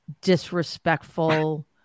disrespectful